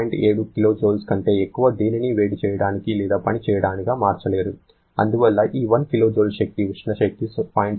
7 kJ కంటే ఎక్కువ దేనినీ వేడి చేయడానికి లేదా పని చేయడానికి మార్చలేరు మరియు అందువల్ల ఈ 1 kJ శక్తి ఉష్ణ శక్తి 0